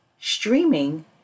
streaming